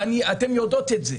אתן יודעות את זה.